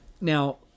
Now